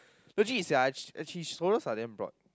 legit sia she his shoulders are damn broad